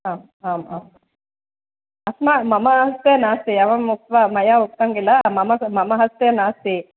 आम् आम् आम् मम हस्ते नास्ति एवम् उक्त्वा मया उक्तं किल मम मम हस्ते नास्ति